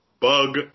bug